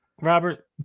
Robert